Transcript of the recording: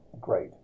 great